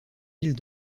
îles